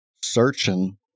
searching